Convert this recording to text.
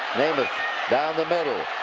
namath down the middle.